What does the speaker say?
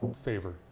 favor